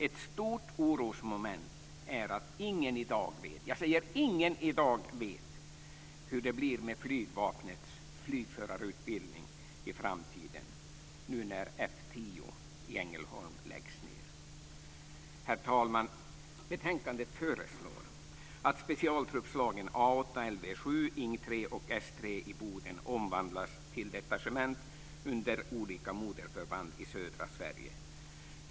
Ett stort orosmoment är att ingen - jag säger ingen - i dag vet hur det blir med flygvapnets flygförarutbildning i framtiden nu när F 10 i Ängelholm läggs ned. Herr talman! Betänkandet föreslår att specialtruppslagen A 8, Lv 7, Ing 3 och S 3 i Boden omvandlas till detachement under olika moderförband i södra Sverige.